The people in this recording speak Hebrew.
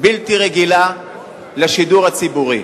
בלתי רגילה לשידור הציבורי.